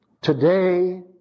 Today